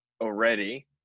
already